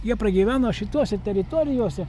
jie pragyveno šituose teritorijose